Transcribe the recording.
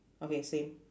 okay same